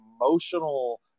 emotional